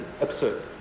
absurd